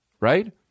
right